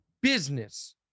business